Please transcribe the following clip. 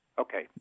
Okay